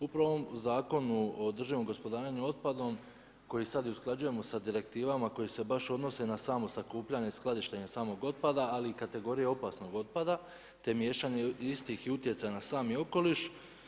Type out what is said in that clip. Upravo u ovom Zakonu o održivom gospodarenju otpadom koji sad i usklađujemo sa direktivama koje se baš odnose na samo sakupljanje i skladištenje samog otpada ali i kategorije opasnog otpada te miješanje istih i utjecaj na sami okoliš.